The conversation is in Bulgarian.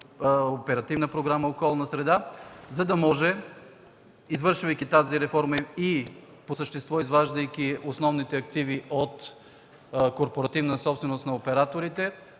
Оперативна програма „Околна среда”, за да може, извършвайки тази реформа, и по същество, изваждайки основните активи от корпоративна собственост на операторите,